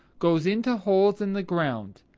goes into holes in the ground.